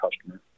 customer